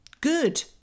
good